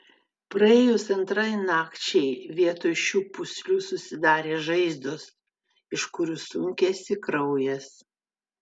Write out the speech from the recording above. praėjus antrai nakčiai vietoj šių pūslių susidarė žaizdos iš kurių sunkėsi kraujas